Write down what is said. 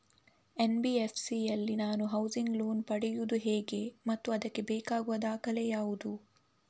NBFC ಯಲ್ಲಿ ನಾನು housing loan ಪಡೆಯುದು ಹೇಗೆ ಮತ್ತು ಅದಕ್ಕೆ ಬೇಕಾಗುವ ದಾಖಲೆ ಯಾವುದು?